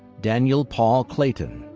daniel paul clayton,